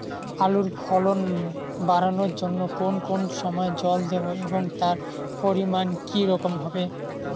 আলুর ফলন বাড়ানোর জন্য কোন কোন সময় জল দেব এবং তার পরিমান কি রকম হবে?